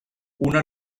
una